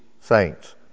saints